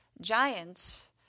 giants